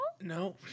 no